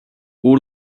all